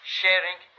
sharing